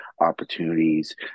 opportunities